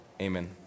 Amen